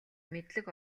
мэдлэг